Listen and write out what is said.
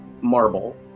marble